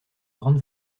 grande